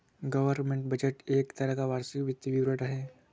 government budget एक तरह का वार्षिक वित्तीय विवरण है